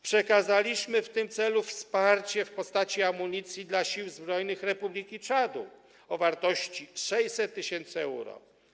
Przekazaliśmy w tym celu wsparcie w postaci amunicji dla sił zbrojnych Republiki Czadu o wartości 600 tys. euro.